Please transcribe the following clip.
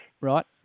Right